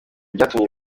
byatumye